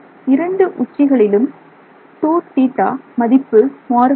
இரண்டு உச்சிகளிலும் 2θ மதிப்பு மாறுபடுவதில்லை